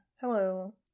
hello